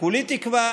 וכולי תקווה,